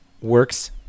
works